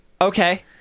Okay